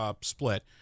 split